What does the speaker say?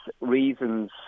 reasons